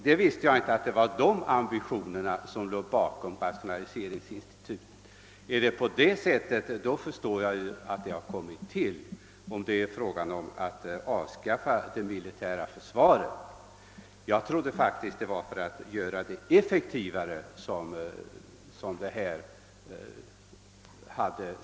Jag visste inte att det var de ambitionerna som låg bakom förslaget om ett rationaliseringsinstitut, men om avsikten har varit att avskaffa det militära försvaret, så förstår jag varför förslaget har lagts fram. Jag trodde dock att institutet skulle inrättas för att göra försvaret effektivare.